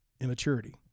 immaturity